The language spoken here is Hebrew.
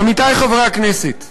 עמיתי חברי הכנסת,